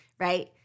right